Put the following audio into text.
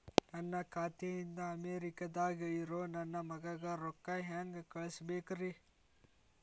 ನನ್ನ ಖಾತೆ ಇಂದ ಅಮೇರಿಕಾದಾಗ್ ಇರೋ ನನ್ನ ಮಗಗ ರೊಕ್ಕ ಹೆಂಗ್ ಕಳಸಬೇಕ್ರಿ?